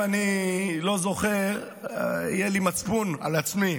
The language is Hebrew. אם אני לא זוכר, יהיה לי מצפון על עצמי.